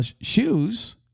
shoes